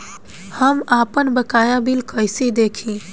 हम आपनबकाया बिल कइसे देखि?